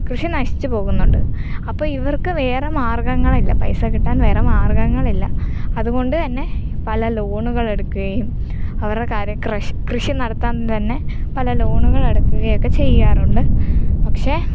കൃഷി നശിച്ച് പോകുന്നുണ്ട് അപ്പം ഇവർക്ക് വേറെ മാർഗ്ഗങ്ങളില്ല പൈസ കിട്ടാൻ വേറെ മാർഗ്ഗങ്ങളില്ല അതുകൊണ്ട് തന്നെ പല ലോണുകളെടുക്കുകയും അവരുടെ കാര്യ ക്രഷ് കൃഷി നടത്താൻ തന്നെ പല ലോണുകളെടുക്കുകയൊക്കെ ചെയ്യാറുണ്ട് പക്ഷേ